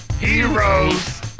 heroes